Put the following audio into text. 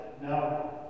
no